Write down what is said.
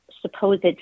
supposed